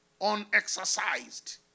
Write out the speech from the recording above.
Unexercised